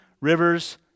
rivers